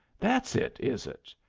that's it, is it?